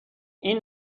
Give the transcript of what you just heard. این